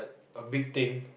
a big thing